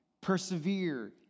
persevere